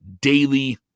daily